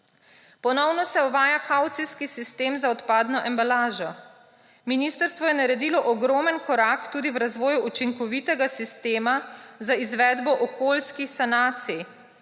Ponovno se uvaja kavcijski sistem za odpadno embalažo. Ministrstvo je naredilo ogromen korak tudi v razvoju učinkovitega sistema za izvedbo okoljskih sanacij.